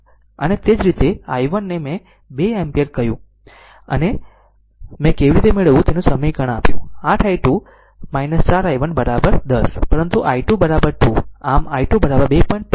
અને તે જ રીતે i1 ને મેં 2 એમ્પીયર કહ્યું અને મેં તે કેવી રીતે મેળવવું તેનું સમીકરણ આપ્યું 8 i2 4 i1 10 પરંતુ i1 2 આમ i2 2